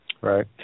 Right